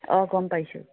অঁ গম পাইছোঁ